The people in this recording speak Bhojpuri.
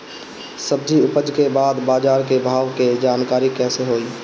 सब्जी उपज के बाद बाजार के भाव के जानकारी कैसे होई?